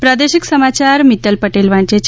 પ્રાદેશિક સમાયાર મિત્તલ પટેલ વાંચે છે